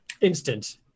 instant